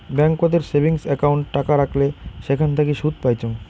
ব্যাংকোতের savings account টাকা রাখলে সেখান থাকি সুদ পাইচুঙ